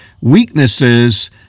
Weaknesses